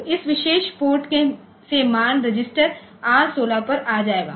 तो इस विशेष पोर्ट से मान रजिस्टर R16 पर आ जाएगा